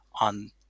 on